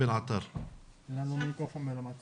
ממש